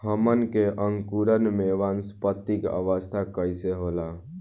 हमन के अंकुरण में वानस्पतिक अवस्था कइसे होला?